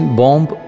bomb